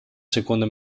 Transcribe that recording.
seconda